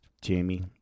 Jamie